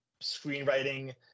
screenwriting